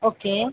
okay